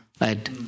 right